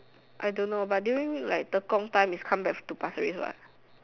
I don't know but during like Tekong time is come back to pasir-ris what